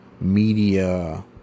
media